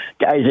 guys